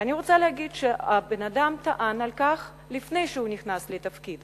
ואני רוצה להגיד שהבן-אדם טען על כך לפני שהוא נכנס לתפקיד.